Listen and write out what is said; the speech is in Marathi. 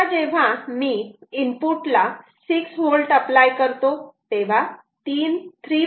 आता जेव्हा मी इनपुटला 6 V अप्लाय करतो तेव्हा 3